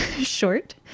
Short